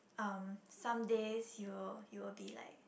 um some days you you will be like